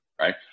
right